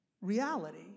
reality